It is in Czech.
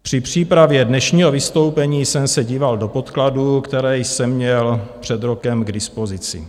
Při přípravě dnešního vystoupení jsem se díval do podkladů, které jsem měl před rokem k dispozici.